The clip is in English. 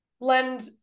lend